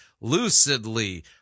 lucidly